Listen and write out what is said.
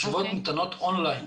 התשובות ניתנות און-ליין.